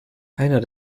einer